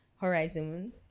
Horizon